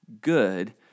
Good